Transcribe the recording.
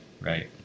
right